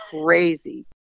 crazy